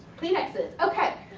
kleenexes, okay.